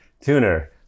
tuner